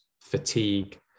fatigue